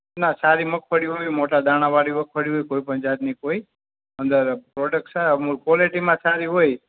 ના સારી મગફળી હોય મોટા દાણાવાળી મગફળી હોય કોઈ પણ જાતની કોઈ અંદર પ્રોડક્ટ સા ક્વૉલિટીમાં સારી હોય